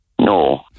no